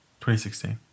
2016